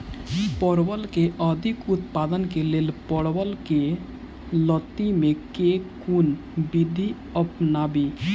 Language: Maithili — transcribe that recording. परवल केँ अधिक उत्पादन केँ लेल परवल केँ लती मे केँ कुन विधि अपनाबी?